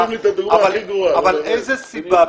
אבל איזו סיבה,